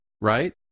right